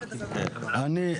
אני,